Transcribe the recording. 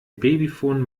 babyphon